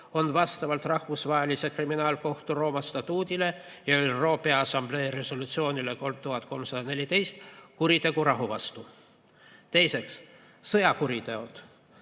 on vastavalt Rahvusvahelise Kriminaalkohtu Rooma statuudile ja ÜRO Peaassamblee resolutsioonile nr 3314 kuritegu rahu vastu. Teiseks: sõjakuriteod.